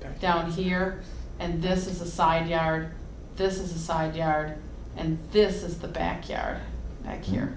door down here and this is a side yard this is a side yard and this is the back yard here